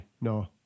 no